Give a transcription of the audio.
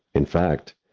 in fact,